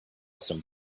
some